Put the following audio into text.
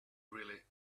really